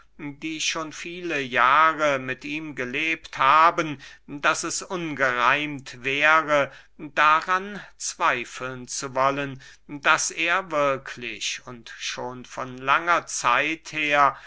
die schon viele jahre mit ihm gelebt haben daß es ungereimt wäre daran zweifeln zu wollen daß er wirklich und schon von langer zeit her